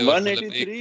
183